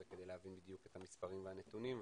כדי להבין בדיוק את המספרים והנתונים,